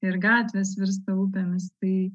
ir gatvės virsta upėmis tai